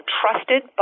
trusted